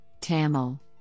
Tamil